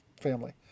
family